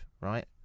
right